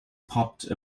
popped